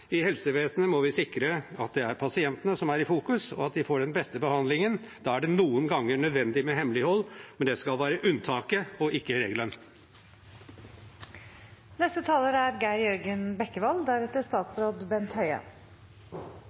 I helsevesenet må vi sikre at det er pasientene som er i fokus, og at de får den beste behandlingen. Da er det noen ganger nødvendig med hemmelighold, men det skal være unntaket og ikke regelen. Det er